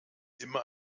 immer